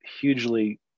hugely